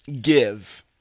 give